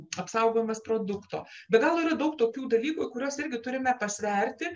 apsaugojimas produkto be galo yra daug tokių dalykų kuriuos irgi turime pasverti